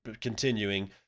continuing